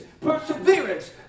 perseverance